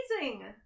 amazing